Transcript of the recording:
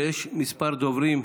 ויש כמה דוברים,